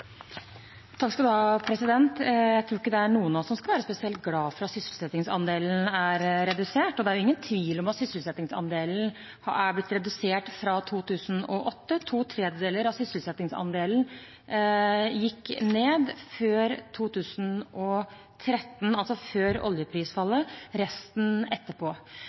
Jeg tror ikke det er noen av oss som skal være spesielt glad for at sysselsettingsandelen er redusert. Det er jo ingen tvil om at sysselsettingsandelen er blitt redusert fra 2008. To tredjedeler av nedgangen i sysselsettingsandelen var før 2013, altså før oljeprisfallet, resten etterpå.